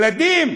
ילדים,